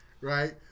right